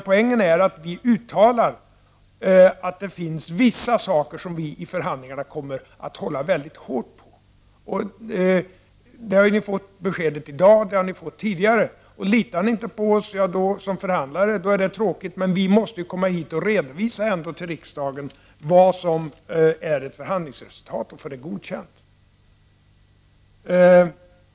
Poängen är att vi uttalar att det finns vissa saker som vi kommer att hålla mycket hårt på i förhandlingarna. Ni har fått besked i dag och tidigare, och det är tråkigt om ni inte litar på oss som förhandlare. Vi måste ändå komma hit till riksdagen och redovisa förhandlingsresultatet och få det godkänt.